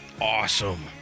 awesome